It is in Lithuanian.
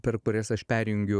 per kurias aš perjungiu